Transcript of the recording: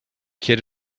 kid